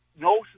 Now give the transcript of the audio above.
no